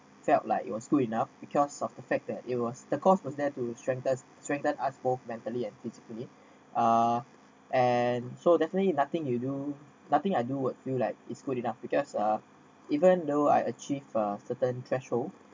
felt like it was good enough because of the fact that it was the course was there to strengthen strengthen us both mentally and physically uh and so definitely nothing you do nothing I do work feel like it's good enough because uh even though I achieve a certain threshold